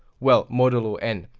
well modulo n.